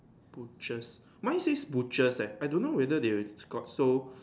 butchers mine said butchers eh I don't know whether they we got so